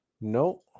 No